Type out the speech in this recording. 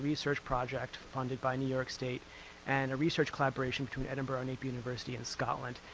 research project funded by new york state and a research collaboration between edinburgh napier university in scotland.